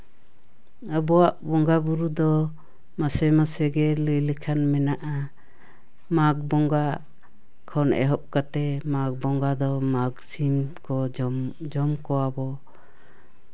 ᱟᱵᱚᱣᱟᱜ ᱵᱚᱸᱜᱟᱼᱵᱩᱨᱩ ᱫᱚ ᱢᱟᱥᱮ ᱢᱟᱥᱮ ᱜᱮ ᱞᱟᱹᱭ ᱞᱮᱠᱷᱟᱱ ᱢᱮᱱᱟᱜᱼᱟ ᱢᱟᱜᱽ ᱵᱚᱸᱜᱟ ᱠᱷᱚᱱ ᱮᱦᱚᱵ ᱠᱟᱛᱮᱜ ᱢᱟᱜᱽ ᱵᱚᱸᱜᱟ ᱫᱚ ᱢᱟᱜᱽ ᱥᱤᱢ ᱠᱚ ᱡᱚᱢ ᱠᱚᱣᱟ ᱵᱚ